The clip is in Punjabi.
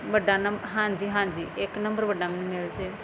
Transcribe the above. ਵੱਡਾ ਨਮਬ ਹਾਂਜੀ ਹਾਂਜੀ ਇੱਕ ਨੰਬਰ ਵੱਡਾ ਮਿਲ ਜਾਏ